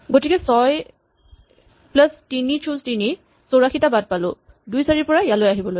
গতিকে ৬ plus ৩ choose ৩ ৮৪ টা বাট পালো ২ ৪ ৰ পৰা ইয়ালৈ আহিবলৈ